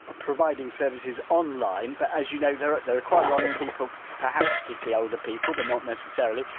ah providing services online but as you know there are there are quite a lot of people, perhaps particularly older people, but not necessarily,